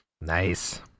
Nice